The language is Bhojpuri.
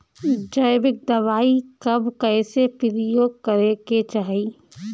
जैविक दवाई कब कैसे प्रयोग करे के चाही?